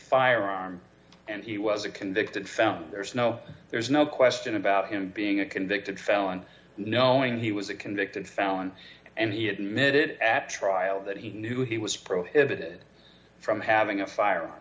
firearm and he was a convicted felon there's no there's no question about him being a convicted felon knowing he was a convicted felon and he admitted at trial that he knew he was prohibited from having a fire